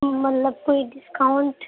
مطلب کوئی ڈسکاؤنٹ